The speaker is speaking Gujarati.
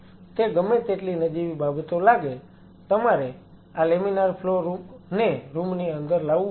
તે ગમે તેટલી નજીવી બાબતો લાગે તમારે આ લેમિનાર ફ્લો ને રૂમની અંદર લાવવું પડશે